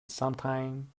sometime